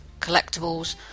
collectibles